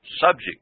subject